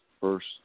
first